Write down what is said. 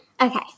Okay